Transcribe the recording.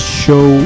show